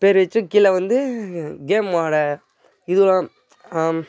பேர் வெச்சு கீழே வந்து கேம்மோடய இதுவாக